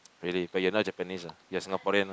really but you're not Japanese ah you're Singaporean lah